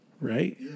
Right